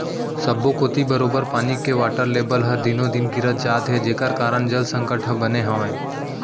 सब्बो कोती बरोबर पानी के वाटर लेबल हर दिनों दिन गिरत जात हे जेकर कारन जल संकट ह बने हावय